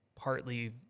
partly